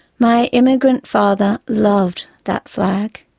my immigrant father loved that flag.